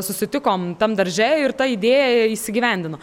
susitikom tam darže ir ta idėja įgyvendino